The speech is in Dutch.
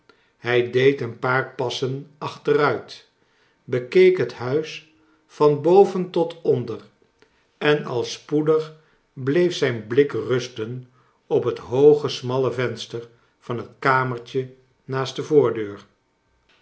hij deed een paar passen achteruit bekeek het huis van boven tot onder en al spoedig bleef zijn blik rusten op het hooge smalle venster van het kamertje naast de